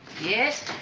yes